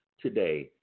today